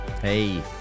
Hey